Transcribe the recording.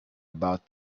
about